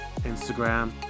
Instagram